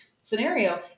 scenario